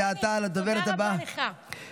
ועתה הדוברת הבאה,